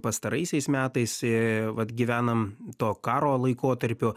pastaraisiais metais vat gyvenam to karo laikotarpiu